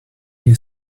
you